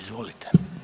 Izvolite.